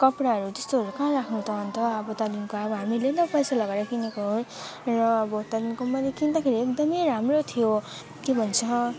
कपडाहरू त्यस्तोहरू कहाँ राख्नु त अन्त अब त्यहाँदेखिको हामीले पनि त पैसा लगाएर किनेको हो र अब त्यहाँदेखिको मैले किन्दाखेरि एकदमै राम्रो थियो के भन्छ